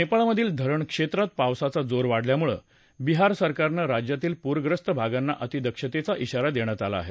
नेपाळमधील धरण क्षेत्रात पावसाचा जोर वाढल्यामुळे बिहार सरकारनं राज्यातील पूंख्रस्त भागांना अतिदक्षतेचा शिरा देण्यात आला आहे